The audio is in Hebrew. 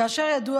כאשר ידוע